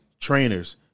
trainers